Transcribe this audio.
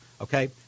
Okay